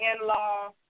in-law